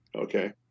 Okay